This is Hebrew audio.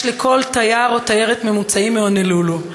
לכל תייר או תיירת ממוצעים מהונולולו.